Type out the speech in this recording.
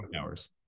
hours